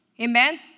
Amen